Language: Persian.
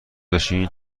بشین